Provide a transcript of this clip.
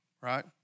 right